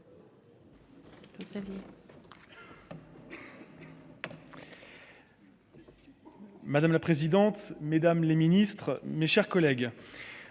Madame la présidente, mesdames les ministres, mes chers collègues,